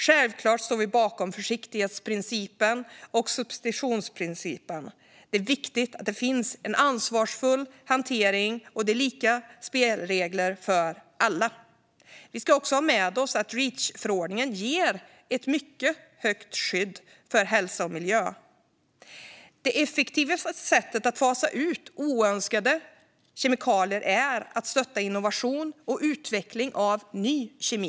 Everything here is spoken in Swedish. Självklart står vi bakom försiktighetsprincipen och substitutionsprincipen. Det är viktigt att det finns en ansvarsfull hantering, och att det är lika spelregler för alla. Reachförordningen ger ett mycket starkt skydd för hälsa och miljö. Det effektivaste sättet att fasa ut oönskade kemikalier är att stötta innovation och utveckling av ny kemi.